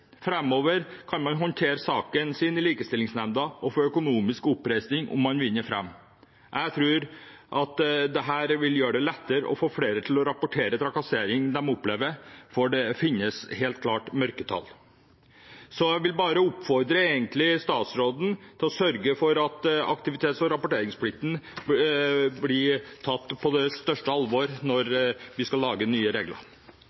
kan man håndtere saken sin i Diskrimineringsnemnda og få økonomisk oppreisning om man vinner fram. Jeg tror at dette vil gjøre det lettere å få flere til å rapportere om trakassering de opplever, for det finnes helt klart mørketall. Jeg vil bare oppfordre statsråden til å sørge for at aktivitets- og rapporteringsplikten blir tatt på det største alvor når vi skal lage nye regler.